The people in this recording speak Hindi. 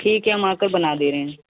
ठीक है हम आकर बना दे रहे हैं